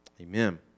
Amen